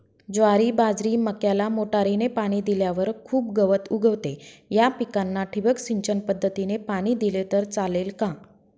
ज्वारी, बाजरी, मक्याला मोटरीने पाणी दिल्यावर खूप गवत उगवते, या पिकांना ठिबक सिंचन पद्धतीने पाणी दिले तर चालेल का?